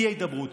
תהיה הידברות.